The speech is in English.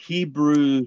Hebrew